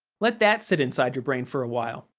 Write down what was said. let that sit inside your brain for awhile.